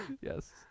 Yes